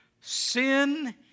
sin